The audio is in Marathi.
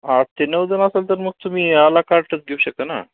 हां ते नऊ जण असेल तर मग तुम्ही आ ला कार्टच घेऊ शकता ना